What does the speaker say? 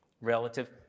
relative